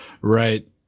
Right